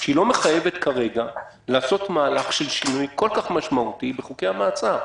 היא לא מחייבת כרגע לעשות מהלך של שינוי כל כך משמעותי בחוקי המעצר.